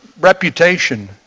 reputation